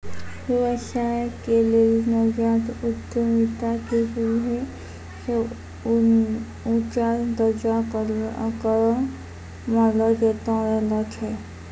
व्यवसाय के लेली नवजात उद्यमिता के सभे से ऊंचा दरजा करो मानलो जैतो रहलो छै